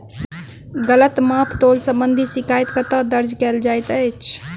गलत माप तोल संबंधी शिकायत कतह दर्ज कैल जाइत अछि?